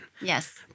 Yes